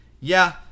Yeah